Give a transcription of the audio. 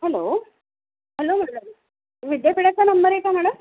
hello hello म विद्यापिठाचा number आहे का मॅडम